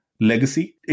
legacy